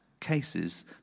cases